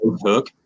hook